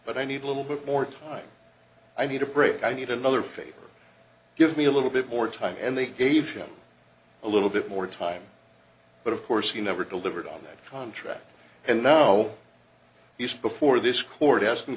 but i need a little bit more time i need a break i need another favor give me a little bit more time and they gave him a little bit more time but of course he never delivered on that contract and now he's before this court ask